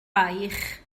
baich